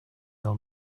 your